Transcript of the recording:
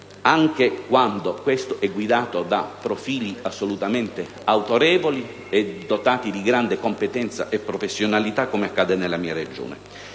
anche quando questo è guidato da profili assolutamente autorevoli e dotato di grande competenza e professionalità, come accade nella mia Regione.